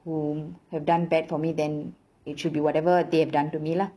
whom have done bad for me then it should be whatever they've done to me lah